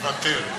מוותר.